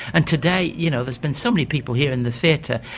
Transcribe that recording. and today you know, there's been so many people here in the theatre,